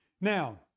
Now